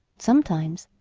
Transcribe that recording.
sometimes,